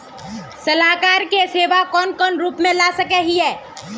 सलाहकार के सेवा कौन कौन रूप में ला सके हिये?